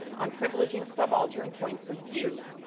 on privileging subaltern points of view.